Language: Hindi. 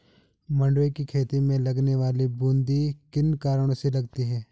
मंडुवे की खेती में लगने वाली बूंदी किन कारणों से लगती है?